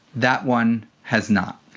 that one has not.